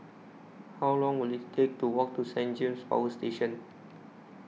How Long Will IT Take to Walk to Saint James Power Station